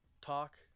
talk